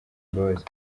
imbabazi